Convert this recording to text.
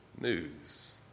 news